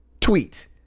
tweet